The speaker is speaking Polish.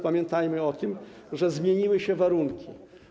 Pamiętajmy jednak o tym, że zmieniły się warunki.